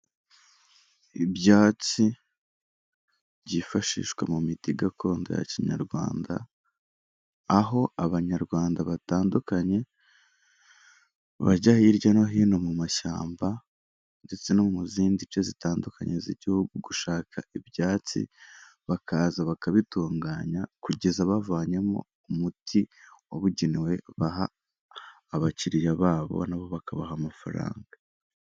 Ibyatsi byifashishwa mu miti gakondo ya kinyarwanda, aho abanyarwanda batandukanye, bajya hirya no hino mu mashyamba ndetse no muzindi nce zitandukanye z'igihugu gushaka ibyatsi, bakaza bakabitunganya kugeza bavanyemo umuti wabugenewe baha abakiriya babo na bo bakabaha amafaranga.